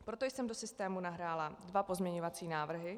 Proto jsem do systému nahrála dva pozměňovací návrhy.